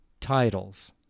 titles